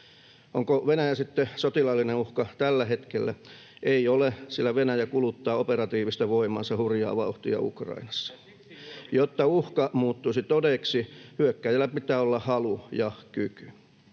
Onko Venäjä sitten sotilaallinen uhka tällä hetkellä? Ei ole, sillä Venäjä kuluttaa operatiivista voimaansa hurjaa vauhtia Ukrainassa. Jotta uhka muuttuisi todeksi, hyökkääjällä pitää olla halu ja kyky.